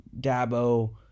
Dabo